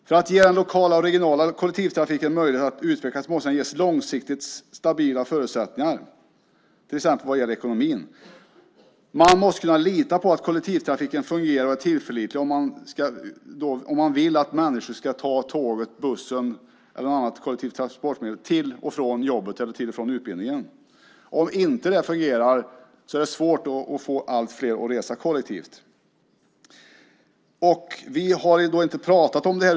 För att den lokala och regionala kollektivtrafiken ska ha möjligheter att utvecklas måste den ges långsiktigt stabila förutsättningar till exempel vad gäller ekonomin. Man måste kunna lita på att kollektivtrafiken fungerar och är tillförlitlig om man vill att människor ska ta tåget, bussen eller något annat kollektivt transportmedel till och från jobbet eller till och från utbildningen. Om det inte fungerar är det svårt att få allt fler att resa kollektivt. Vi har inte pratat om det här.